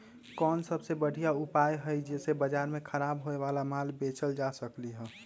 कोन सबसे बढ़िया उपाय हई जे से बाजार में खराब होये वाला माल बेचल जा सकली ह?